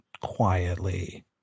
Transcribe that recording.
quietly